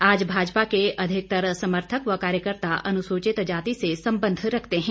आज भाजपा के अधिकतर समर्थक व कार्यकर्त्ता अनुसूचित जाति से संबंध रखते हैं